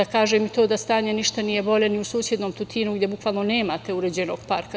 Da kažem i to da stanje ništa nije bolje ni u susednom Tutinu gde bukvalno nemate uređenog parka.